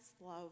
love